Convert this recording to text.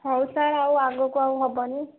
ହଉ ସାର୍ ଆଉ ଆଗକୁ ଆଉ ହେବନି